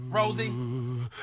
Rosie